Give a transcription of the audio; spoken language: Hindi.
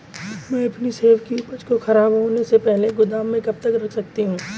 मैं अपनी सेब की उपज को ख़राब होने से पहले गोदाम में कब तक रख सकती हूँ?